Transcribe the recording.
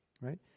Right